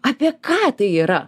apie ką tai yra